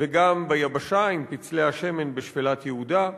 וגם ביבשה, עם פצלי השמן בשפלת יהודה,